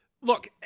look